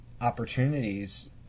opportunities